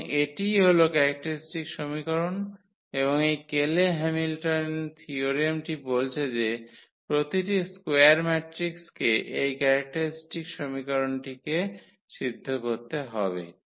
এবং এটিই হল ক্যারেক্টারিস্টিক সমীকরণ এবং এই কেলে হ্যামিল্টন থিয়োরেমটি বলছে যে প্রতিটি স্কোয়ার ম্যাট্রিক্সকে এই ক্যারেক্টারিস্টিক সমীকরণটিকে সিদ্ধ করতে হবে